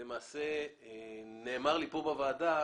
ונאמר לי כאן בוועדה